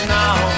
now